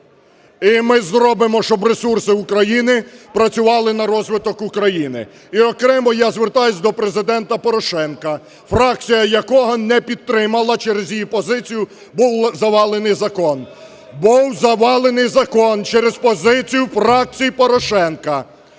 І ми зробимо, щоб ресурси України працювали на розвиток України. І окремо звертаюсь до Президента Порошенка, фракція якого не підтримала, через її позицію був завалений закон. (Шум в залі) Був завалений закон через позицію фракції Порошенка.